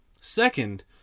Second